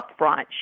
upfront